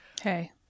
Hey